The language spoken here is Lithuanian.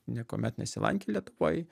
niekuomet nesilankė lietuvoj